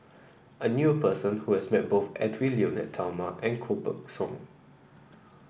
I knew a person who has met both Edwy Lyonet Talma and Koh Buck Song